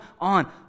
on